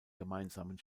gemeinsamen